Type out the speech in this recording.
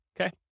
Okay